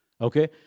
okay